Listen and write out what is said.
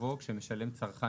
יבוא "שמשלם צרכן,